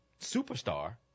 superstar